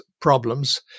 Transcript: problems